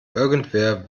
irgendwer